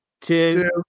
two